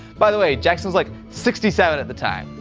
by the way, jackson was, like, sixty seven at the time.